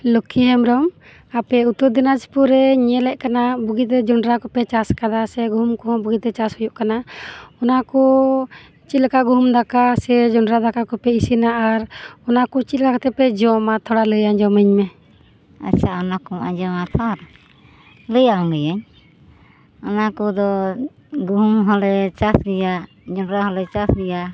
ᱞᱚᱠᱠᱷᱤ ᱦᱮᱢᱨᱚᱢ ᱟᱯᱮ ᱩᱛᱛᱚᱨ ᱫᱤᱱᱟᱡ ᱯᱩᱨ ᱨᱮᱧ ᱧᱮᱞ ᱮᱫ ᱠᱟᱱᱟ ᱵᱩᱜᱤᱛᱮ ᱡᱚᱱᱰᱨᱟ ᱠᱚᱯᱮ ᱪᱟᱥ ᱟᱠᱟᱫᱟ ᱥᱮ ᱜᱩᱦᱩᱢ ᱠᱚᱦᱚᱸ ᱵᱩᱜᱤᱛᱮ ᱪᱟᱥ ᱦᱩᱭᱩᱜ ᱠᱟᱱᱟ ᱚᱱᱟᱠᱚ ᱪᱮᱫ ᱞᱮᱠᱟ ᱜᱩᱦᱩᱢ ᱫᱟᱠᱟ ᱥᱮ ᱡᱚᱱᱰᱨᱟ ᱫᱟᱠᱟ ᱠᱚᱯᱮ ᱤᱥᱤᱱᱟ ᱟᱨ ᱚᱱᱟ ᱠᱚ ᱪᱮᱫ ᱞᱮᱠᱟ ᱠᱟᱛᱮᱯᱮ ᱡᱚᱢᱟ ᱚᱱᱟ ᱠᱚ ᱛᱷᱚᱲᱟ ᱞᱟᱹᱭ ᱟᱹᱡᱚᱢ ᱟᱹᱧ ᱢᱮ ᱟᱪᱪᱷᱟ ᱚᱱᱟ ᱠᱚᱢ ᱟᱸᱡᱚᱢᱟ ᱛᱚ ᱞᱟᱹᱭ ᱟᱢ ᱜᱤᱭᱟᱹᱧ ᱚᱱᱟᱠᱚ ᱫᱚ ᱜᱩᱦᱩᱢ ᱦᱚᱞᱮ ᱪᱟᱥ ᱜᱮᱭᱟ ᱡᱚᱱᱰᱨᱟ ᱦᱚᱞᱮ ᱪᱟᱥ ᱜᱮᱭᱟ